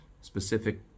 specific